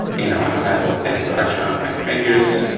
you know, i don't have ah any pressure on my fingers.